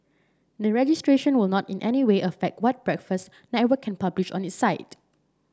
the registration will not in any way affect what Breakfast Network can publish on his site